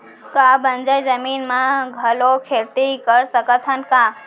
का बंजर जमीन म घलो खेती कर सकथन का?